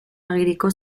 agiriko